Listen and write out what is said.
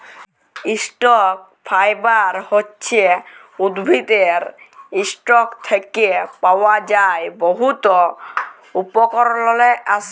stock fibre হছে উদ্ভিদের ইসটক থ্যাকে পাওয়া যার বহুত উপকরলে আসে